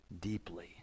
deeply